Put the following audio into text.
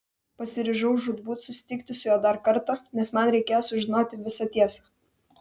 pasiryžau žūtbūt susitikti su juo dar kartą nes man reikėjo sužinoti visą tiesą